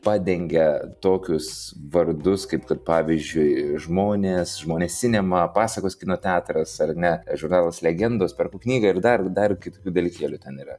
padengia tokius vardus kaip kad pavyzdžiui žmonės žmonės sinema pasakos kino teatras ar ne žurnalas legendos perku knygą ir dar dar kitokių dalykėlių ten yra